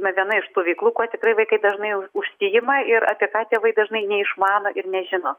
na viena iš tų veiklų kuo tikrai vaikai dažnai už užsiima ir apie ką tėvai dažnai neišmano ir nežino